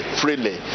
freely